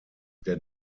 der